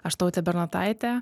aš tautė bernotaitė